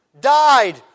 died